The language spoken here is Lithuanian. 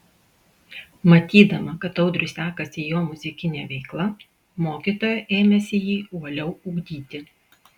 matydama kad audriui sekasi jo muzikinė veikla mokytoja ėmėsi jį uoliau ugdyti